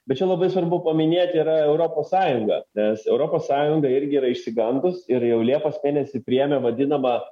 bet čia labai svarbu paminėti yra europos sąjunga nes europos sąjunga irgi yra išsigandus ir jau liepos mėnesį priėmė vadinamą